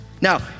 now